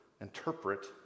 interpret